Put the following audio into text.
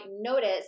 notice